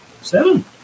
Seven